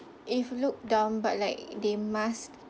if look dumb but like they must